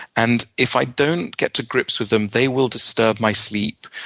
and if i don't get to grips with them, they will disturb my sleep,